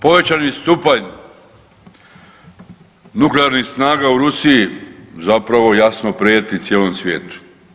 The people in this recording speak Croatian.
Povećani stupanj nuklearnih snaga u Rusiji zapravo jasno prijeti cijelom svijetu.